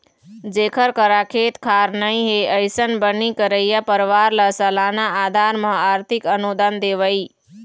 जेखर करा खेत खार नइ हे, अइसन बनी करइया परवार ल सलाना अधार म आरथिक अनुदान देवई